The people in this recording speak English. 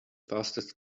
fastest